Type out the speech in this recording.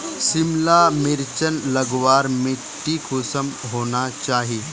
सिमला मिर्चान लगवार माटी कुंसम होना चही?